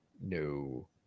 no